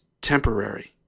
temporary